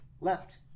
left